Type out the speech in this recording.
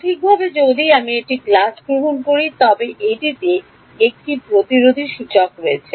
সঠিকভাবে যদি আমি একটি গ্লাস গ্রহণ করি তবে এটিতে একটি প্রতিরোধী সূচক রয়েছে